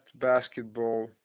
basketball